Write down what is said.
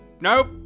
Nope